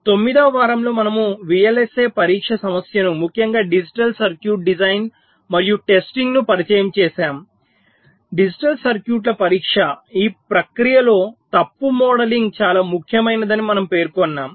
9 వ వారంలో మనము VLSI పరీక్ష సమస్యను ముఖ్యంగా డిజిటల్ సర్క్యూట్ డిజైన్ మరియు టెస్టింగ్ను పరిచయం చేసాము డిజిటల్ సర్క్యూట్ల పరీక్ష ఈ ప్రక్రియలో తప్పు మోడలింగ్ చాలా ముఖ్యమైనదని మనం పేర్కొన్నాము